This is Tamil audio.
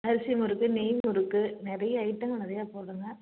அரிசி முறுக்கு நெய் முறுக்கு நிறைய ஐட்டங்கள் நிறைய போடுகிறோங்க